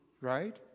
right